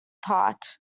thought